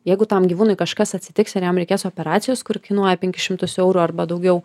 jeigu tam gyvūnui kažkas atsitiks ir jam reikės operacijos kuri kainuoja penkis šimtus eurų arba daugiau